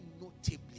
notably